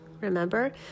remember